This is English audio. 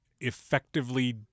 effectively